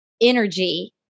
energy